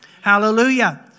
hallelujah